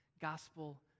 gospel